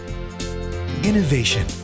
innovation